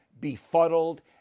befuddled